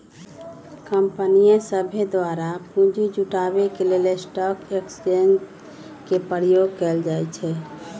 कंपनीय सभके द्वारा पूंजी जुटाबे के लेल स्टॉक एक्सचेंज के प्रयोग कएल जाइ छइ